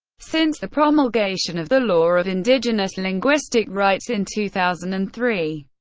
since the promulgation of the law of indigenous linguistic rights in two thousand and three,